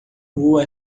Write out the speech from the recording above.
lua